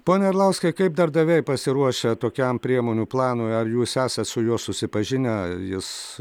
pone arlauskai kaip darbdaviai pasiruošę tokiam priemonių planui ar jūs esat su juo susipažinę jis